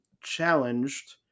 challenged